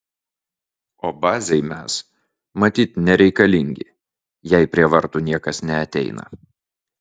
o bazei mes matyt nereikalingi jei prie vartų niekas neateina